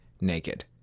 naked